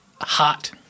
hot